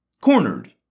cornered